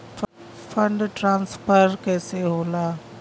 Fund transfer कैसे होला?